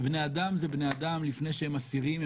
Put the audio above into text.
ובני אדם זה בני אדם לפני שהם אסירים,